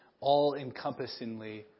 all-encompassingly